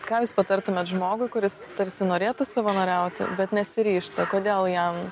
ką jūs patartumėt žmogui kuris tarsi norėtų savanoriauti bet nesiryžta kodėl jam